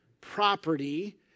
property